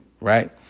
right